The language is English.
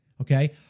Okay